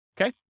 Okay